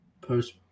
post